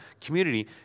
community